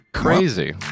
crazy